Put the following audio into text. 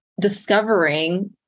discovering